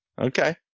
okay